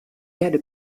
erde